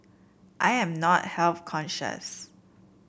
I am not health conscious